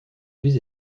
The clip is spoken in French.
plus